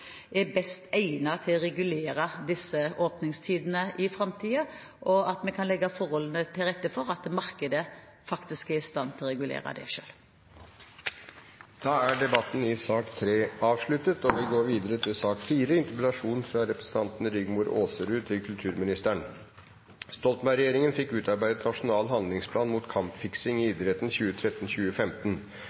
er best egnet til å regulere åpningstidene i framtiden, og at vi kan legge forholdene til rette for at markedet faktisk er i stand til selv å regulere det. Debatten i sak nr. 3 er avsluttet. Kampfiksing og problemene rundt det ble for alvor satt på norsk dagsorden da tidligere kulturminister Anniken Huitfeldt tok initiativ til en nasjonal handlingsplan mot kampfiksing i idretten.